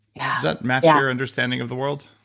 yeah does that match your understanding of the world?